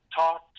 talk